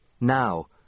Now